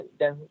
dan